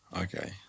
Okay